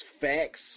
facts